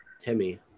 Timmy